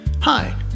Hi